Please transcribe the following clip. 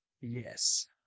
yes